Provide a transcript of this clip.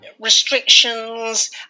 Restrictions